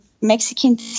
Mexican